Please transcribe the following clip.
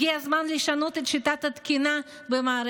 הגיע הזמן לשנות את שיטת התקינה במערכת